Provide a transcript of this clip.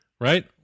right